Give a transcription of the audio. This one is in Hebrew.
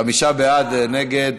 חמישה בעד, אין נגד.